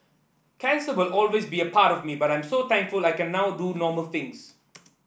cancer will always be a part me but I am so thankful I can now do normal things